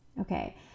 Okay